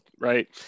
right